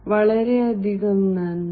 വളരെയധികം നന്ദി